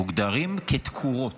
מוגדרים כתקורות.